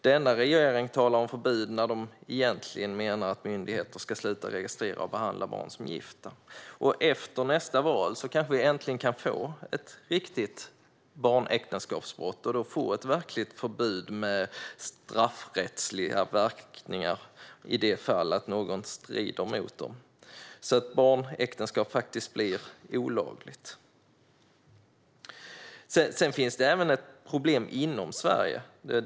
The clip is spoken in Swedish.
Denna regering talar om förbud när man egentligen menar att myndigheter ska sluta att registrera och behandla barn som gifta. Efter nästa val kanske vi äntligen kan få en riktig barnäktenskapsbrottsrubricering och få ett verkligt förbud med straffrättsliga verkningar om någon bryter mot det, så att barnäktenskap faktiskt blir olagligt. Det finns även ett problem inom Sverige.